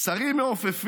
// שרים מעופפים,